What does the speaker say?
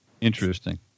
Interesting